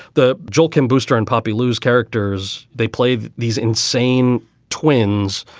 the jokin booster and poppi lose characters. they played these insane twins.